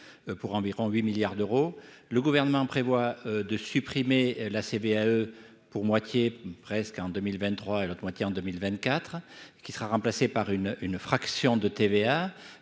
pour environ 8 milliards d'euros, le gouvernement prévoit de supprimer la CVAE pour moitié presque en 2023 et l'autre moitié en 2024 qui sera remplacée par une une fraction de TVA